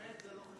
האמת, זה לא חשוב.